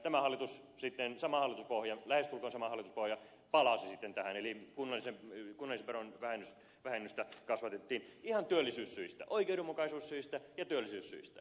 tämä hallitus sitten lähestulkoon sama hallituspohja palasi tähän eli kunnallisveron vähennystä kasvatettiin ihan työllisyyssyistä oikeudenmukaisuussyistä ja työllisyyssyistä